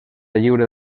lliure